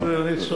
אני אצטרף.